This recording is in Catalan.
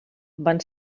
van